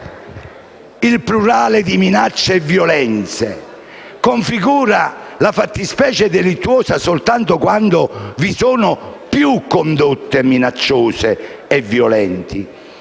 parole «minacce» e «violenze» configura la fattispecie delittuosa solo quando vi sono più condotte minacciose e violente,